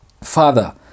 Father